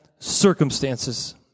circumstances